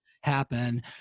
happen